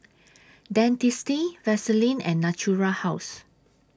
Dentiste Vaselin and Natura House